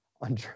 on